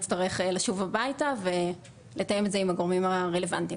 אצטרך לשוב הביתה ולתאם את זה עם הגורמים הרלוונטיים.